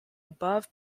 above